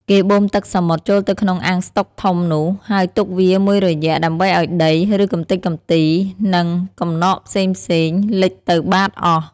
គេបូមទឹកសមុទ្រចូលទៅក្នុងអាងស្តុកធំនោះ ហើយទុកវាមួយរយៈដើម្បីឲ្យដី ឬកម្ទេចកម្ទី និងកំណកផ្សេងៗលិចទៅបាតអស់។